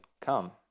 Come